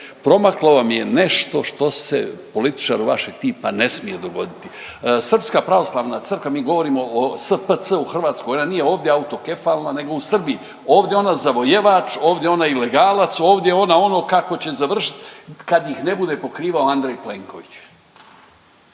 promaklo vam je nešto što se političaru vašeg tipa ne smije dogoditi. Srpska pravoslavna crkva mi govorimo o SPC u Hrvatskoj, ona nije ovdje autokefalna nego u Srbiji, ovdje je ona zavojevač, ovdje je ona ilegalac, ovdje je ona ono kako će završit kad ih ne bude pokrivo Andrej Plenković.